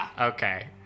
okay